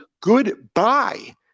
goodbye